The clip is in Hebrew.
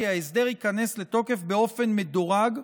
כי ההסדר ייכנס לתוקף באופן מדורג,